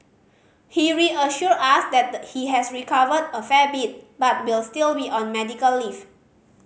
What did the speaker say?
he reassured us that the he has recovered a fair bit but will still be on medical leave